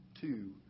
two